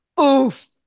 oof